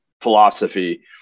philosophy